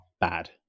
bad